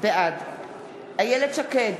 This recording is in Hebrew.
בעד איילת שקד,